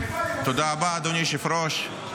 תודה, אדוני היושב-ראש.